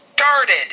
started